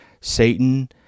Satan